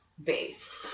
based